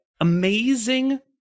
amazing